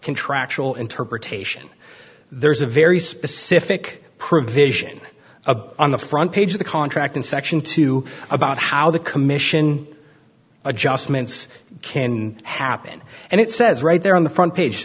contractual interpretation there is a very specific provision of on the front page of the contract in section two about how the commission adjustments can happen and it says right there on the front page